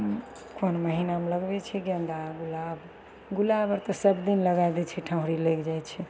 कोन महिनामे लगबै छै गेन्दा गुलाब गुलाब आओर तऽ सबदिन लगै दै छै ठाढ़ि लागि जाइ छै